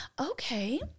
Okay